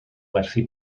werthu